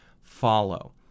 follow